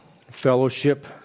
fellowship